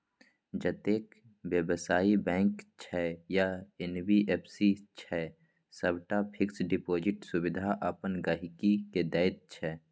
जतेक बेबसायी बैंक छै या एन.बी.एफ.सी छै सबटा फिक्स डिपोजिटक सुविधा अपन गांहिकी केँ दैत छै